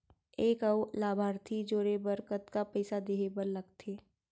एक अऊ लाभार्थी जोड़े बर कतका पइसा देहे बर लागथे?